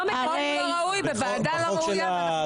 חוק לא ראוי בוועדה לא ראויה.